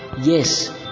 Yes